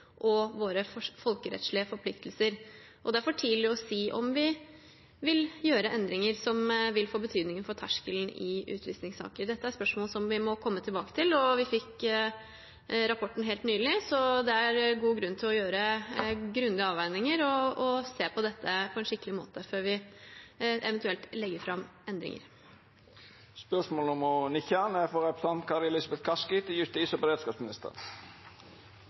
og våre folkerettslige forpliktelser. Det er for tidlig å si om vi vil gjøre endringer som vil få betydning for terskelen i utvisningssaker. Dette er spørsmål som vi må komme tilbake til. Vi fikk rapporten helt nylig, så det er god grunn til å gjøre grundige avveininger og se på dette på en skikkelig måte før vi eventuelt legger fram